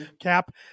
cap